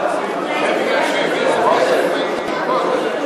הצעת סיעות מרצ,